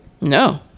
no